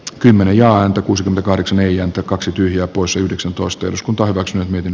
kymmenen ja into cus dkahdeksan ei ääntä kaksi tyhjää poissa yhdeksäntoista eduskunta hyväksyi hyvin